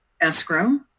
escrow